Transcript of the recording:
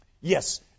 Yes